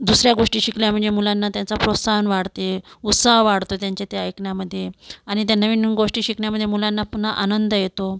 दुसऱ्या गोष्टी शिकल्या म्हणजे मुलांना त्यांचा प्रोत्साहन वाढते उत्साह वाढतो त्यांच्या त्या ऐकण्यामध्ये आणि त्या नवीन नवीन गोष्टी शिकण्यामध्ये मुलांना पुन्हा आनंद येतो